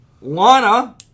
Lana